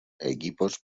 equipos